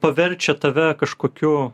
paverčia tave kažkokiu